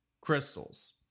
crystals